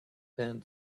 then